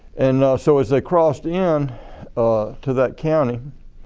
and so as they crossed in to that county,